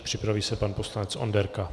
Připraví se pan poslanec Onderka.